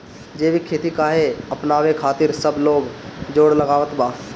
जैविक खेती काहे अपनावे खातिर सब लोग जोड़ लगावत बा?